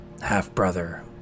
half-brother